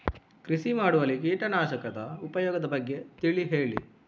ಕೃಷಿ ಮಾಡುವಲ್ಲಿ ಕೀಟನಾಶಕದ ಉಪಯೋಗದ ಬಗ್ಗೆ ತಿಳಿ ಹೇಳಿ